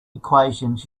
equations